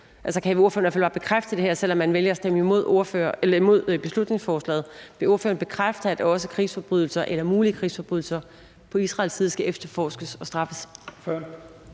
gælde for den israelske side? Altså, selv om man vælger at stemme imod beslutningsforslaget, vil ordføreren så bekræfte, at også mulige krigsforbrydelser på Israels side skal efterforskes og straffes?